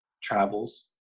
travels